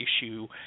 issue